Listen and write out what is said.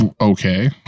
Okay